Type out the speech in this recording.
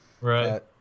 right